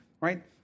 right